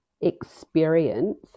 experience